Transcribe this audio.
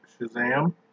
Shazam